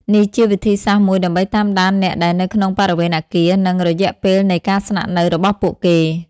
នេះជាវិធីសាស្រ្តមួយដើម្បីតាមដានអ្នកដែលនៅក្នុងបរិវេណអគារ និងរយៈពេលនៃការស្នាក់នៅរបស់ពួកគេ។